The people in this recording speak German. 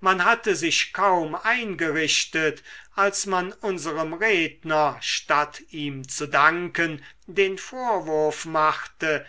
man hatte sich kaum eingerichtet als man unserem redner statt ihm zu danken den vorwurf machte